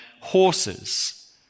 horses